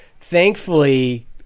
Thankfully